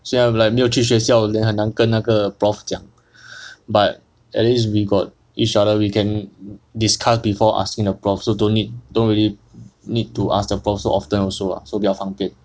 虽然 like 没有去学校 then 很难跟那个 prof 讲 but at least we got each other we can discuss before asking the prof so don't need don't really need to ask the prof so often also lah so 比较方便